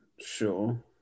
sure